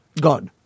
God